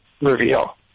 reveal